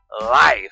life